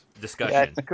discussion